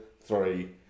Three